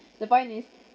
the point is